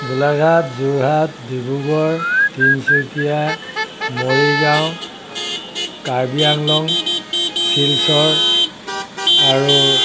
গোলাঘাট যোৰহাট ডিব্ৰুগড় তিনচুকীয়া মৰিগাঁও কাৰ্বি আংলং শ্বিলচৰ আৰু